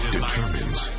determines